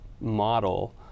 model